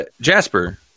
Jasper